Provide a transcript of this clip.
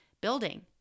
building